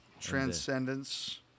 Transcendence